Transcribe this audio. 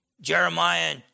Jeremiah